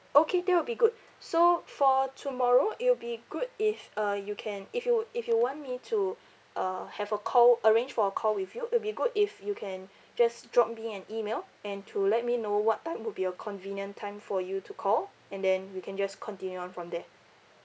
okay that will be good so for tomorrow it will be good if uh you can if you if you want me to uh have a call arrange for a call with you it'll be good if you can just drop me an email and to let me know what time would be a convenient time for you to call and then we can just continue on from there